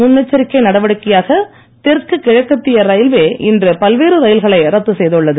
முன்னெச்சரிக்கை நடவடிக்கையாக தெற்கு கிழக்கத்திய ரயில்வே இன்று பல்வேறு ரயில்களை ரத்து செய்துள்ளது